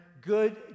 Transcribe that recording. good